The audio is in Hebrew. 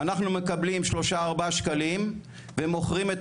אנחנו מקבלים 3-4 שקלים ומוכרים את